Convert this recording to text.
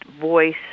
voice